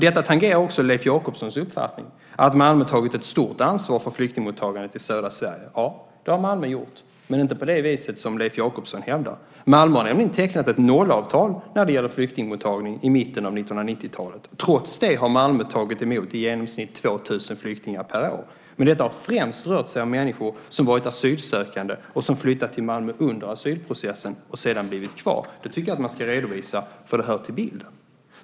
Detta tangerar också Leif Jakobssons uppfattning att Malmö har tagit ett stort ansvar för flyktingmottagandet i södra Sverige. Ja, det har Malmö gjort, men inte på det sätt som Leif Jakobsson hävdar. Malmö har nämligen i mitten av 1990-talet tecknat ett nollavtal när det gäller flyktingmottagning. Trots det har Malmö tagit emot i genomsnitt 2 000 flyktingar per år. Det har främst rört sig om människor som har varit asylsökande och som flyttat till Malmö under asylprocessen och sedan blivit kvar. Det tycker jag att man ska redovisa eftersom det hör till bilden.